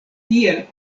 tiel